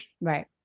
Right